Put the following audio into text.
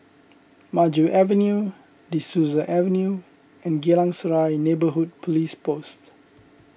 Maju Avenue De Souza Avenue and Geylang Serai Neighbourhood Police Post